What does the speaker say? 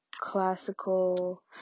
classical